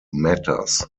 matters